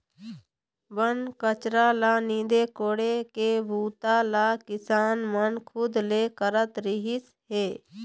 बन कचरा ल नींदे कोड़े के बूता ल किसान मन खुद ले करत रिहिस हे